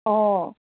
অঁ